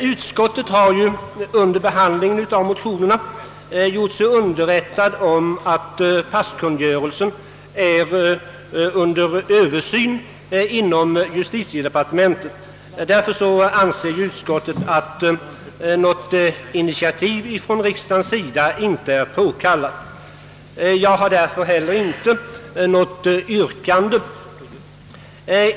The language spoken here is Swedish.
Utskottet har under behandlingen av motionerna gjort sig underrättad om att passkungörelsen är under översyn inom justitiedepartementet. Därför anser utskottet att något initiativ från riksdagens sida inte är påkallat. Jag har alltså heller inte något yrkande.